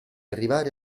arrivare